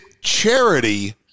charity